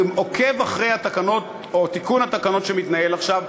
אני עוקב אחר תיקון התקנות שמתנהל עכשיו.